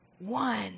one